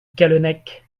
callennec